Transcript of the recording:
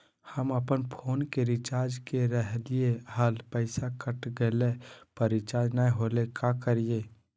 हम अपन फोन के रिचार्ज के रहलिय हल, पैसा कट गेलई, पर रिचार्ज नई होलई, का करियई?